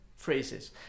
Phrases